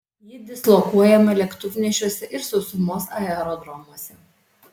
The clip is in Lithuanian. ji dislokuojama lėktuvnešiuose ir sausumos aerodromuose